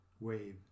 wave